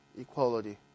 equality